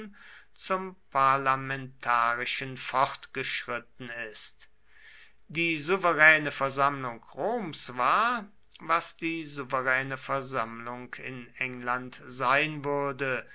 zum parlamentarischen fortgeschritten ist die souveräne versammlung roms war was die souveräne versammlung in england sein würde